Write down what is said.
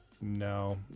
No